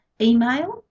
email